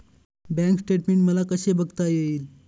Bank statement मला कसे बघता येईल?